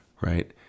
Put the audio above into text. right